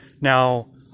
now